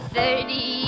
Thirty